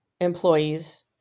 employees